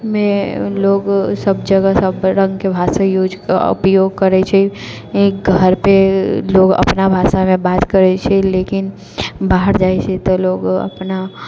मे लोग सब जगह सब रङ्गके भाषा यूज उपयोग करैत छै घर पे लोग अपना भाषामे बात करैत छै लेकिन बाहर जाइत छै तऽ लोग अपना